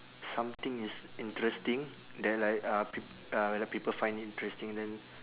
something is interesting that like uh p~ uh when people find it interesting then